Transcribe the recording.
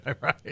right